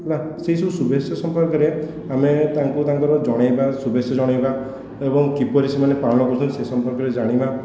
ହେଲା ସେହି ସବୁ ଶୁଭେଚ୍ଛା ସମ୍ପର୍କରେ ଆମେ ତାଙ୍କୁ ତାଙ୍କର ଜଣେଇବା ଶୁଭେଚ୍ଛା ଜଣେଇବା ଏବଂ କିପରି ସେମାନେ ପାଳନ କରୁଛନ୍ତି ସେ ସମ୍ପର୍କରେ ଜାଣିବା